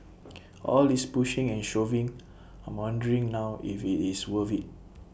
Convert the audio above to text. all this pushing and shoving I'm wondering now if IT is worth IT